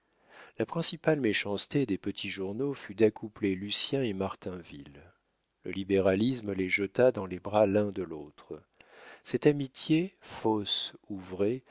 la principale méchanceté des petits journaux fut d'accoupler lucien et martinville le libéralisme les jeta dans les bras l'un de l'autre cette amitié fausse ou